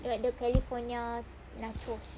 like the california nachos